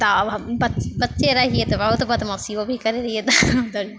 तऽ बच्चे रहिए तऽ बहुत बदमाशिओ भी करै रहिए तऽ